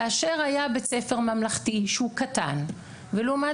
כאשר היה בית ספר ממלכתי שהוא קטן ולעומת